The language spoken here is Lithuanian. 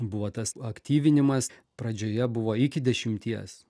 buvo tas aktyvinimas pradžioje buvo iki dešimties